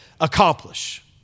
accomplish